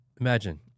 Imagine